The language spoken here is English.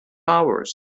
powers